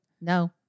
No